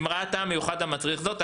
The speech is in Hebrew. אם ראה טעם מיוחד המצריך זאת.